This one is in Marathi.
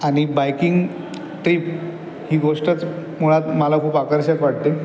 आणि बायकिंग ट्रिप ही गोष्टच मुळात मला खूप आकर्षक वाटते